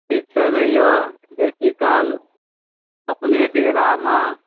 ठीकसँ रहिहऽ बेसीकाल अपने डेरामे